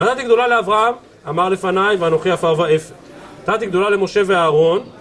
נתתי גדולה לאברהם, אמר לפניי, ואנוכי עפר ואפר. נתתי גדולה למשה ואהרון